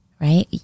right